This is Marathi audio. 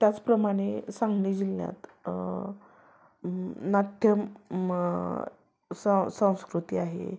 त्याचप्रमाणे सांगली जिल्ह्यात नाट्य स संस्कृती आहे